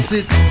Sit